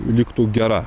liktų gera